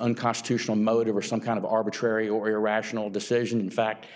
unconstitutional motive or some kind of arbitrary he or your rational decision in fact